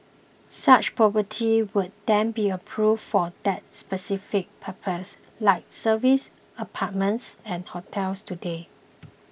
such properties would then be approved for that specific purpose like service apartments and hotels today